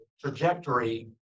trajectory